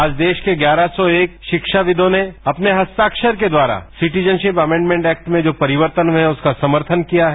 आज देश के ग्यारह सौ एक शिक्षाविदों ने अपने हस्ताक्षर के द्वारा सिटीजनशिप अमेंडमेंट एक्ट में जो परिवर्तन हुए हैं उसका समर्थन किया है